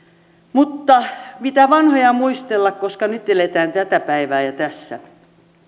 mutta mitä vanhoja muistella koska nyt eletään tätä päivää ja tässä